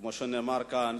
כמו שנאמר כאן,